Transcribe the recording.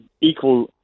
equal